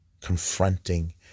Confronting